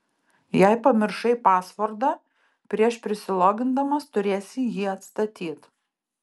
jei pamiršai pasvordą prieš prisilogindamas turėsi jį atstatyt